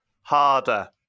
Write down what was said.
harder